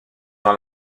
dans